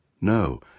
No